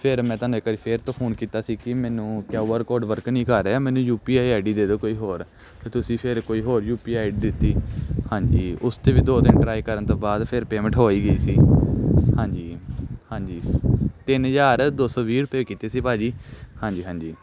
ਫਿਰ ਮੈਂ ਤੁਹਾਨੂੰ ਇੱਕ ਵਾਰੀ ਫਿਰ ਤੋਂ ਫੋਨ ਕੀਤਾ ਸੀ ਕਿ ਮੈਨੂੰ ਕਿਊ ਆਰ ਕੋਡ ਵਰਕ ਨਹੀਂ ਕਰ ਰਿਹਾ ਮੈਨੂੰ U P I I D ਦੇ ਦਿਓ ਕੋਈ ਹੋਰ ਅਤੇ ਤੁਸੀਂ ਫਿਰ ਕੋਈ ਹੋਰ ਯੂ ਪੀ ਆਈ ਡੀ ਦਿੱਤੀ ਹਾਂਜੀ ਉਸ 'ਤੇ ਵੀ ਦੋ ਦਿਨ ਟਰਾਈ ਕਰਨ ਤੋਂ ਬਾਅਦ ਫਿਰ ਪੇਮੈਂਟ ਹੋ ਹੀ ਗਈ ਸੀ ਹਾਂਜੀ ਹਾਂਜੀ ਤਿੰਨ ਹਜ਼ਾਰ ਦੋ ਸੌ ਵੀਹ ਰੁਪਏ ਕੀਤੇ ਸੀ ਭਾਅ ਜੀ ਹਾਂਜੀ ਹਾਂਜੀ